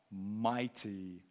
mighty